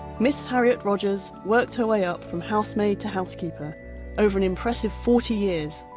miss harriet rogers worked her way up from housemaid to housekeeper over an impressive forty years,